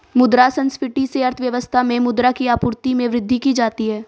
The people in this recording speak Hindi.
मुद्रा संस्फिति से अर्थव्यवस्था में मुद्रा की आपूर्ति में वृद्धि की जाती है